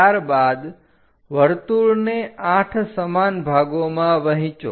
ત્યારબાદ વર્તુળને 8 સમાન ભાગોમાં વહેંચો